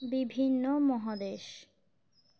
বিভিন্ন মহাদেশ